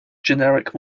generic